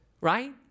Right